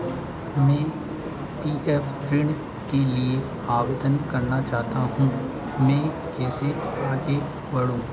मैं P F ऋण के लिए आवेदन करना चाहता हूँ मैं कैसे आगे बढूँ